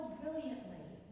brilliantly